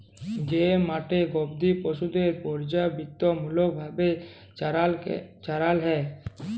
যে মাঠে গবাদি পশুদের পর্যাবৃত্তিমূলক ভাবে চরাল হ্যয়